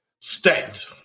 stacked